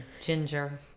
Ginger